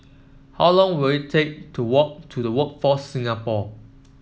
how long will it take to walk to Workforce Singapore